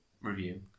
Review